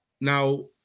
now